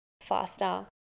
faster